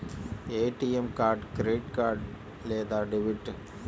ATM card credit లేదా debit?